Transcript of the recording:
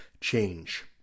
change